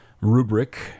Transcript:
rubric